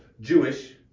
Jewish